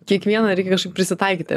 kiekvieną reikia kažkaip prisitaikyti